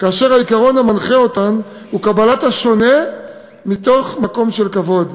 שהעיקרון המנחה אותם הוא קבלת השונה מתוך מקום של כבוד,